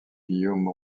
guillaume